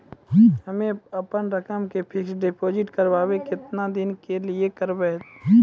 हम्मे अपन रकम के फिक्स्ड डिपोजिट करबऽ केतना दिन के लिए करबऽ?